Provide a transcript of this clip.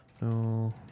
No